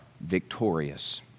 victorious